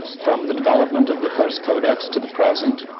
from the development of the first codex to the present,